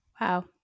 Wow